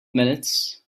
minutes